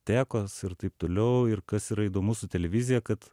tekos ir taip toliau ir kas yra įdomu su televizija kad